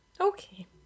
Okay